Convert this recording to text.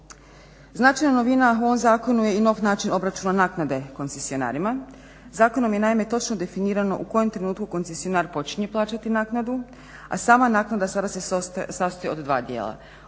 Značajna novina u ovom zakonu je i nov način obračuna naknade koncesionarima. Zakonom je naime točno definirano u kojem trenutku koncesionar počinje plaćati naknadu, a sama naknada sada se sastoji od dva dijela